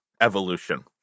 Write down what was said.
evolution